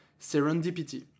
serendipity